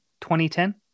2010